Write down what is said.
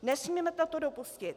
Nesmíme toto dopustit.